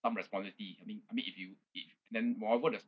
some responsibility I mean I mean if you if then whatever the